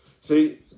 See